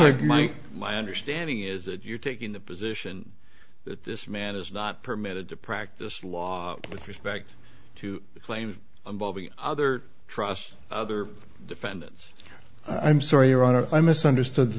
mike my understanding is that you're taking the position that this man is not permitted to practice law with respect to claims involving other trusts other defendants i'm sorry your honor i misunderstood the